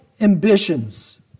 ambitions